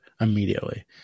immediately